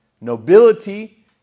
nobility